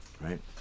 right